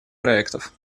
проектов